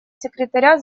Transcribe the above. секретаря